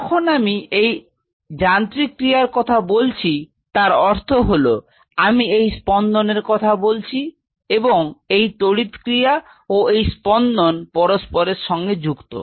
যখন আমি যান্ত্রিক ক্রিয়ার কথা বলছি তার অর্থ হল আমি এই স্পন্দনের কথা বলছি এবং এই তড়িৎ ক্রিয়া ও এই স্পন্দন পরস্পরের সঙ্গে যুক্ত